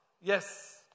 Yes